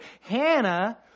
Hannah